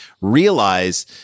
realize